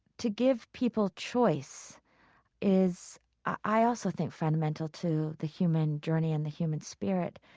to give people choice is i also think fundamental to the human journey and the human spirit,